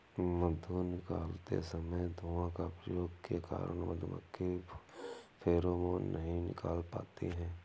मधु निकालते समय धुआं का प्रयोग के कारण मधुमक्खी फेरोमोन नहीं निकाल पाती हैं